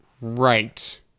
Right